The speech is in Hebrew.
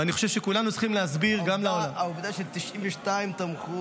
ואני חושב שכולנו צריכים להסביר --- העובדה ש-92 תמכו